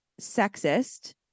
sexist